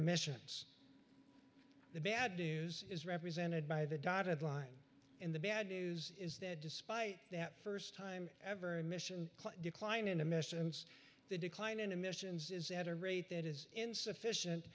emissions the bad news is represented by the dotted line in the bad news is that despite that st time ever mission decline in a mess and the decline in emissions is at a rate that is insufficient